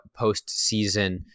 postseason